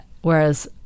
whereas